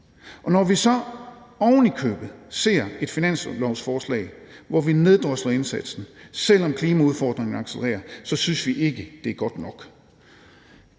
når vi så ovenikøbet ser et finanslovsforslag, der neddrosler indsatsen, selv om klimaudfordringerne accelererer, synes vi ikke, det er godt nok.